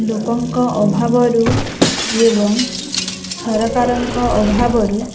ଲୋକଙ୍କ ଅଭାବରୁ ଏବଂ ସରକାରଙ୍କ ଅଭାବରୁ